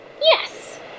Yes